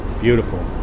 beautiful